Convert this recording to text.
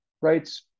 rights